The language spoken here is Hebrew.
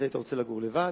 אתה היית רוצה לגור לבד.